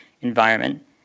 environment